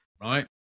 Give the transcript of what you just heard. right